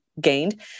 gained